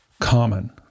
Common